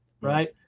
right